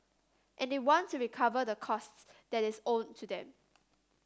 and they want to recover the costs that is owed to them